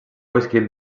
escrit